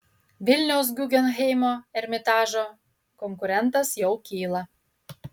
vilniaus guggenheimo ermitažo konkurentas jau kyla